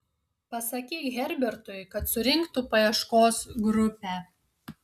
pasakyk herbertui kad surinktų paieškos grupę